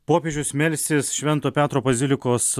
popiežius melsis švento petro bazilikos